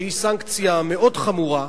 שהיא סנקציה מאוד חמורה,